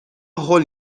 هول